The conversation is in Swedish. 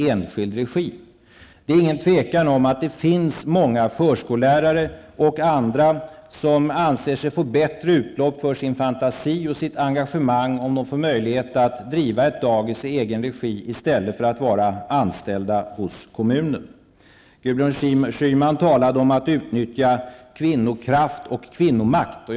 Det råder inget tvivel om att det finns många förskollärare och andra som anser sig bättre få utlopp för sin fantasi och sitt engagemang om de har möjlighet att driva ett dagis i egen regi i stället för att vara anställda hos kommunen. Gudrun Schyman talade också om detta med att utnyttja kvinnokraften och kvinnomakten.